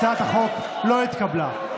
הצעת החוק לא התקבלה.